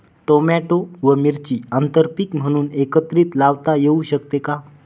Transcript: Tomato व मिरची आंतरपीक म्हणून एकत्रित लावता येऊ शकते का?